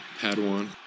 Padawan